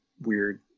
weird